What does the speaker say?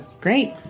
Great